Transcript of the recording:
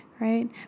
Right